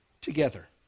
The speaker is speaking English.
together